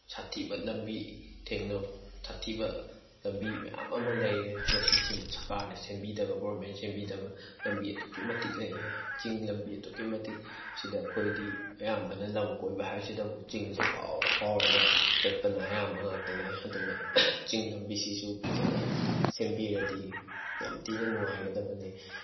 ꯁꯥꯠꯊꯤꯕ ꯂꯝꯕꯤ ꯁꯥꯠꯊꯤꯕ ꯂꯝꯕꯤ ꯃꯌꯥꯝ ꯑꯃ ꯂꯩꯔꯦ ꯃꯁꯤꯁꯤꯡ ꯁꯔꯀꯥꯔꯅ ꯁꯦꯝꯕꯤꯗꯕ ꯒꯚꯔꯟꯃꯦꯟꯅ ꯁꯦꯝꯕꯤꯗꯕ ꯂꯝꯕꯤ ꯑꯗꯨꯛꯀꯤ ꯃꯇꯤꯛ ꯂꯩꯌꯦ ꯆꯤꯡ ꯂꯝꯕꯤ ꯑꯗꯨꯛꯀꯤ ꯃꯇꯤꯛ ꯁꯤꯗ ꯑꯩꯈꯣꯏꯗꯤ ꯑꯌꯥꯝꯕꯅ ꯂꯝ ꯀꯣꯏꯕ ꯍꯥꯏꯁꯤꯗꯕꯨ ꯆꯤꯡꯁꯦ ꯐꯥꯎꯔ ꯐꯥꯎꯔꯒ ꯆꯠꯄꯅ ꯑꯌꯥꯝꯕ ꯉꯥꯛꯇꯅꯦ ꯑꯗꯨꯅ ꯆꯤꯡ ꯂꯝꯕꯤꯁꯤꯁꯨ ꯐꯖꯅ ꯁꯦꯝꯕꯤꯔꯗꯤ ꯌꯥꯝ ꯊꯤꯅ ꯅꯨꯡꯉꯥꯏꯒꯗꯕꯅꯦ